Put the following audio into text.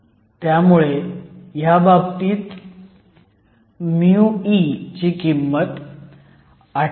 त्यामुळे ह्या बाबतीत μe ची किंमत 88125216